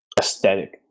Aesthetic